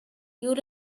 you